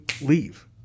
leave